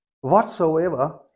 whatsoever